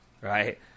right